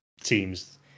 teams